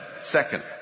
Second